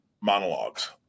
monologues